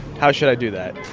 how should i do that?